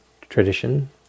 tradition